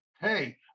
hey